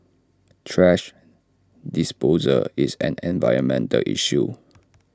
thrash disposal is an environmental issue